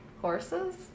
horses